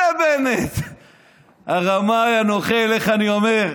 זה בנט, הרמאי, הנוכל, איך אני אומר.